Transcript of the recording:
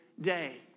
day